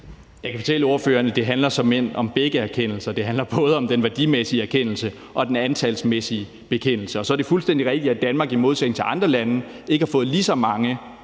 Jeg kan fortælle ordføreren, at det såmænd handler om begge erkendelser. Det handler både om den værdimæssige erkendelse og den antalsmæssige erkendelse. Så er det fuldstændig rigtigt, at Danmark i modsætning til andre lande ikke har fået lige så mange,